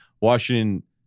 Washington